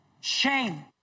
Shame